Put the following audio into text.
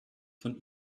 von